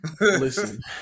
Listen